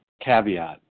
caveat